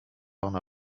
ona